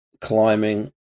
climbing